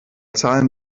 zahlen